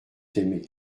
aimé